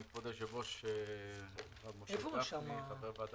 כבוד היושב-ראש הרב משה גפני,